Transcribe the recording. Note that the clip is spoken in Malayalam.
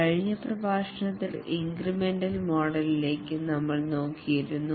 കഴിഞ്ഞ പ്രഭാഷണത്തിൽ ഇൻക്രെമെന്റൽ മോഡൽ യിലേക്ക് നമ്മൾ നോക്കിയിരുന്നു